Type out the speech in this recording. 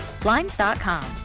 Blinds.com